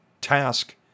task